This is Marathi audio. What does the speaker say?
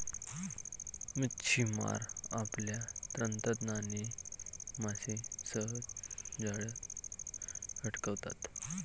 मच्छिमार आपल्या तंत्रज्ञानाने मासे सहज जाळ्यात अडकवतात